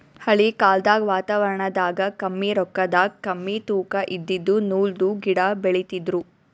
ಹಳಿ ಕಾಲ್ದಗ್ ವಾತಾವರಣದಾಗ ಕಮ್ಮಿ ರೊಕ್ಕದಾಗ್ ಕಮ್ಮಿ ತೂಕಾ ಇದಿದ್ದು ನೂಲ್ದು ಗಿಡಾ ಬೆಳಿತಿದ್ರು